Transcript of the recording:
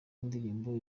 indirimbo